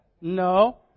No